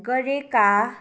गरेका